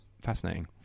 fascinating